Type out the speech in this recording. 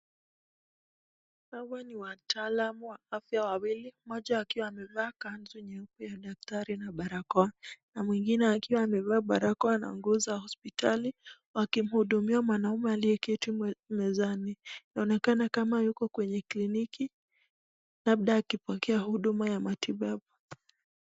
Hawa ni wataalamu wawili wa afya mmoja akiwa amevaa kanzu nyeupe ya dkatari na barakoa mwingine akiwa amevaa barakoa na nguo za hospitali wakimhudumia mwanaume aliteketi mezani. Inaonekana kama yuko kwenye kliniki labda akipokea huduma ya matibabu.